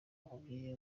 umubyinnyi